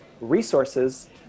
resources